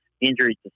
injuries